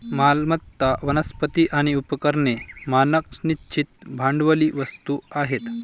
मालमत्ता, वनस्पती आणि उपकरणे मानक निश्चित भांडवली वस्तू आहेत